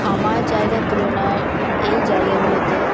আমার জায়গার তুলনায় এই জায়গাগুলোতে